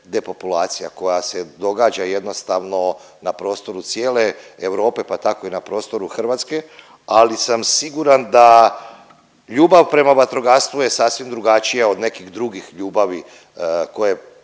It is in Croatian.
depopulacija koja se događa jednostavno na prostoru cijele Europe, pa tako i na prostoru Hrvatske, ali sam siguran da ljubav prema vatrogastvu je sasvim drugačija od nekih drugih ljubavi koje